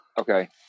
Okay